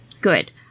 good